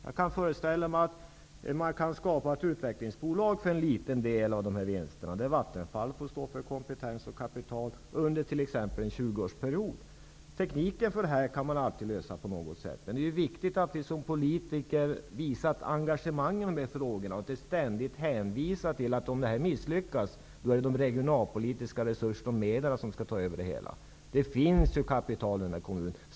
Jag kan föreställa mig att man kan skapa ett utvecklingsbolag för en liten del av dessa vinster, där Vattenfall får stå för kompetens och kapital under t.ex. en tjugoårsperiod. När det gäller tekniken kan man alltid finna en lösning på något sätt. Det är viktigt att vi som politiker visar ett engagemang i dessa frågor och inte ständigt hänvisar till att om det misslyckas, är det de regionalpolitiska resurserna och medlen som skall ta över. Det finns ju kapital i kommunen.